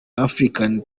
african